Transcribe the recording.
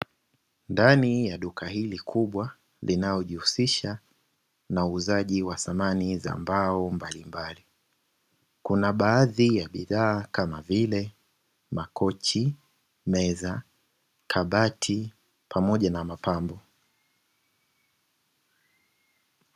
Ndani ya duka hili kubwa linalojihusisha na uuzaji wa samani za mbao mbalimbali. Kuna baadhi ya bidhaa kama vile makochi, meza, kabati pamoja na mapambo.